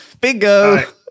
Bingo